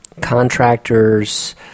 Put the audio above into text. contractors